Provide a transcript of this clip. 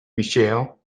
michelle